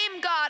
God